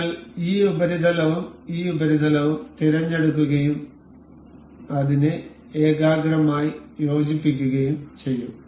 നിങ്ങൾ ഈ ഉപരിതലവും ഈ ഉപരിതലവും തിരഞ്ഞെടുക്കുകയും അതിനെ ഏകാഗ്രമായി യോജിപ്പിക്കുകയും ചെയ്യും